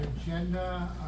agenda